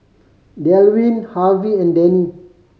Delwin Harvey and Dannie